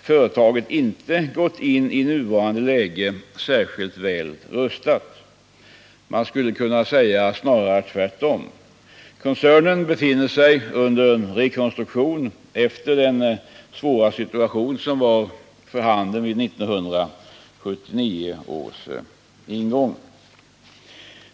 företaget inte gått in i nuvarande läge särskilt väl rustat — man skulle kunna säga snarare tvärtom. Koncernen befinner sig under rekonstruktion efter den svåra situation som var för handen vid 1979 års ingång.